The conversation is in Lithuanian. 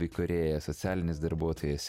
įkūrėjas socialinis darbuotojas